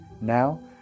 now